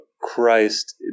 Christ